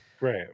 right